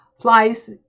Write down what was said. flies